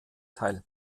teil